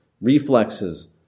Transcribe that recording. reflexes